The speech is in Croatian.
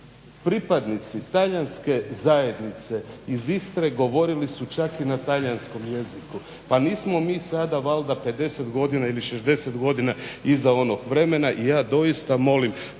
pripadnici talijanske zajednice iz Istre govorili su čak i na talijanskom jeziku. Pa nismo mi sada valjda 50 godina ili 6o godina iza onog vremena i ja doista molim